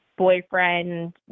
Boyfriend